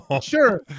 Sure